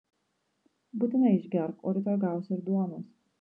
būtinai išgerk o rytoj gausi ir duonos